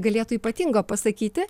galėtų ypatingo pasakyti